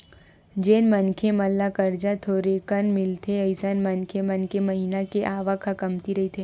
जेन मनखे मन ल करजा थोरेकन मिलथे अइसन मनखे मन के महिना के आवक ह कमती रहिथे